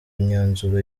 imyanzuro